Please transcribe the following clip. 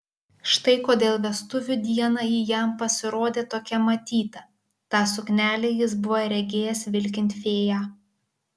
štai kodėl vestuvių dieną ji jam pasirodė tokia matyta tą suknelę jis buvo regėjęs vilkint fėją